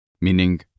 meaning